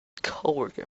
coworker